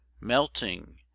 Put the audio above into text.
Melting